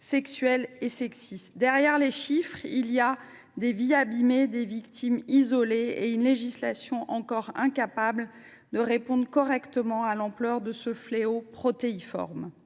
sexuelles et sexistes. Derrière les chiffres, il y a des vies abîmées, des victimes isolées et une législation encore incapable de répondre correctement à l’ampleur de ce fléau protéiforme.